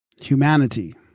Humanity